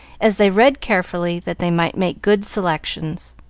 as they read carefully, that they might make good selections.